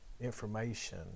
information